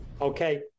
Okay